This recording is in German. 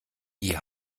die